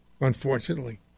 unfortunately